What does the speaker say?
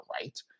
right